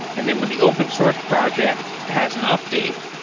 and then when the open source project has an update,